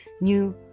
new